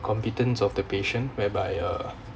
competence of the patient whereby uh